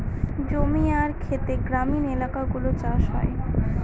জমি আর খেতে গ্রামীণ এলাকাগুলো চাষ হয়